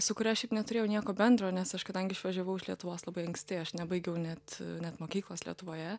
su kuria šiaip neturėjau nieko bendro nes aš kadangi išvažiavau iš lietuvos labai anksti aš nebaigiau net net mokyklos lietuvoje